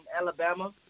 alabama